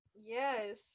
Yes